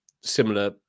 Similar